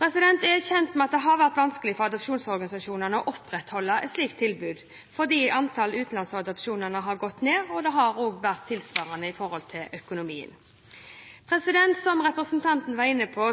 Jeg er kjent med at det har vært vanskelig for adopsjonsorganisasjonene å opprettholde slike tilbud, fordi antall utenlandsadopsjoner har gått ned. Det har også vært tilstramninger i økonomien. Som representanten var inne på,